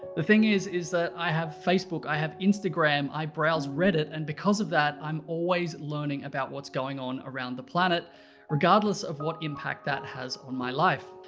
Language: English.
the thing is is that i have facebook, i have instagram, i browse reddit, and because of that, i'm always learning about what's going on around the planet regardless of what impact that has on my life.